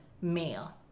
male